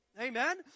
Amen